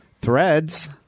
Threads